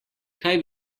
kaj